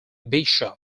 bishop